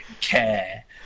care